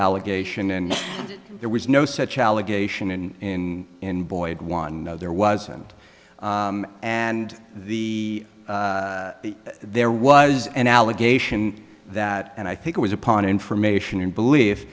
allegation and there was no such allegation in in boyd one there wasn't and the there was an allegation that and i think it was upon information and belie